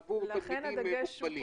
עבור תלמידים מוגבלים.